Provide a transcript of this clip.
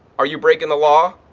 are you breaking the law?